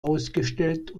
ausgestellt